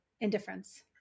indifference